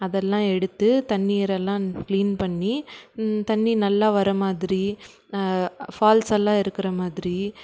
அதெல்லாம் எடுத்து தண்ணீரெல்லாம் கிளீன் பண்ணி தண்ணி நல்லா வர மாதிரி ஃபால்ஸெல்லாம் இருக்கிற மாதிரி